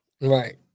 right